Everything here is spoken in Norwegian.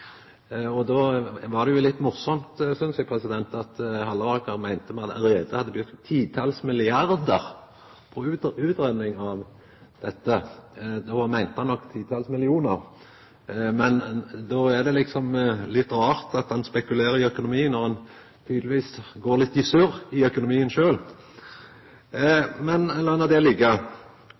Då var det litt morosamt, synest eg, at representanten Halleraker meinte at me allereie hadde brukt titals milliardar på utgreiing av dette. Han meinte nok titals millionar. Men det er litt rart at han spekulerer i økonomien når han tydelegvis går litt i surr i økonomien sjølv. Men lat no det liggja. Eg konstaterer at Stortinget i dag slepp å prøva ut det